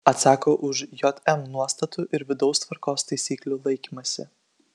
atsako už jm nuostatų ir vidaus tvarkos taisyklių laikymąsi